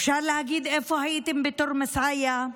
אפשר להגיד: איפה הייתם בתורמוס עיא?